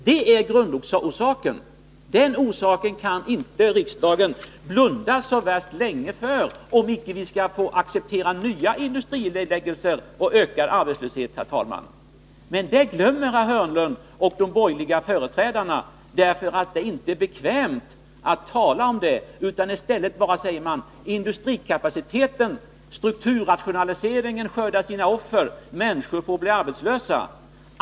Detta kan riksdagen inte blunda för så länge till, om vi inte skall tvingas acceptera nya industrinedläggningar och ökad arbetslöshet. Men det glömmer herr Hörnlund och de borgerliga företrädarna, för det är inte bekvämt att tala om det. I stället säger man att strukturrationaliseringen skördar sina offer, människor får bli arbetslösa.